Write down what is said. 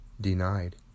denied